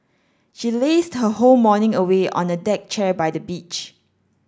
she lazed her whole morning away on a deck chair by the beach